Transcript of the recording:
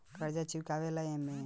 कर्जा चुकावे ला एमे केतना टाइम मिली?